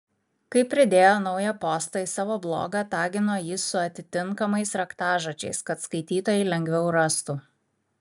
kai pridėjo naują postą į savo blogą tagino jį su atitinkamais raktažodžiais kad skaitytojai lengviau rastų